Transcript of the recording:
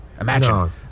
Imagine